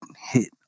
hit